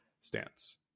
stance